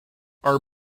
are